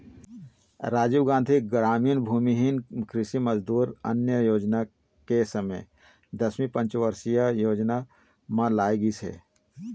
राजीव गांधी गरामीन भूमिहीन कृषि मजदूर न्याय योजना के समे दसवीं पंचवरसीय योजना म लाए गिस हे